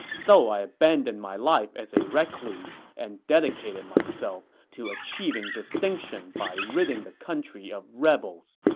so i abandoned my life as a recluse and dedicated myself to achieving distinction by ridding the country of rebels.